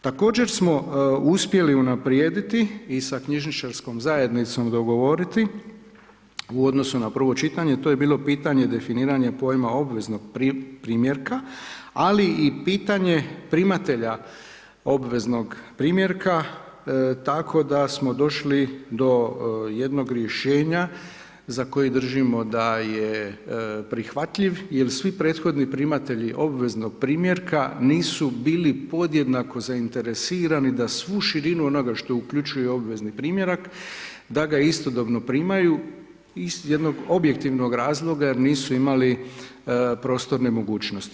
Također smo uspjeli unaprijediti sa knjižničarskom zajednicom dogovoriti u odnosu na prvo čitanje, a to je bilo pitanje definirana pojma obveznog primjerka, ali i pitanje primatelja obveznog primjerka, tako da smo došli do jednog rješenja, za koji držimo da je prihvatljiv jer svi prethodni primateljii obveznog primjerka, nisu bili podjednako zainteresirani, da svu širinu onoga što uključuje obvezni primjerak da ga istodobno primaju iz jednog objektivnog razloga, jer nisu imali prostorne mogućnosti.